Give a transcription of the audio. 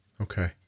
Okay